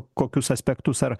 kokius aspektus ar